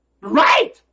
right